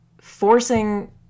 forcing